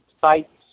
Sites